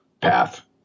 path